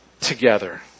together